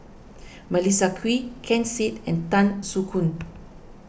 Melissa Kwee Ken Seet and Tan Soo Khoon